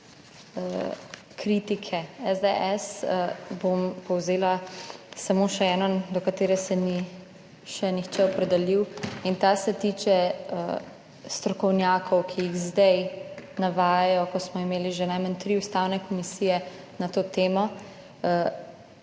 kritike SDS bom povzela samo še eno, do katere se ni še nihče opredelil, in ta se tiče strokovnjakov, ki jih zdaj navajajo, ko smo imeli že najmanj tri ustavne komisije na to temo,